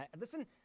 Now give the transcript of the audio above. Listen